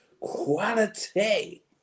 Quality